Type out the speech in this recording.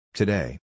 Today